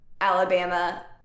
Alabama